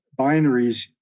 binaries